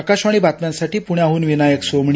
आकाशवाणी बातम्यांसाठी पुण्याहून विनायक सोमणी